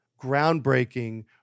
groundbreaking